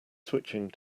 switching